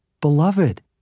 Beloved